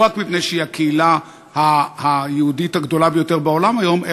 לא רק מפני שהיא הקהילה היהודית הגדולה ביותר בעולם היום,